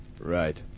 Right